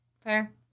Fair